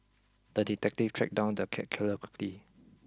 the detective tracked down the cat killer quickly